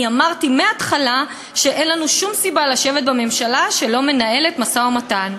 אני אמרתי מההתחלה שאין לנו שום סיבה לשבת בממשלה שלא מנהלת משא-ומתן.